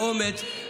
באומץ,